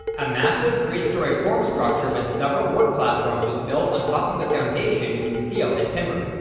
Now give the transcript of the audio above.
a massive three-storey form structure with several work platforms was built on top of the foundation using steel and timber.